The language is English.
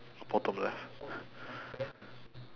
uh bottom left